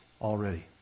already